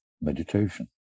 meditation